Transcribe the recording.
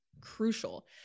crucial